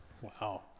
Wow